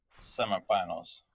semifinals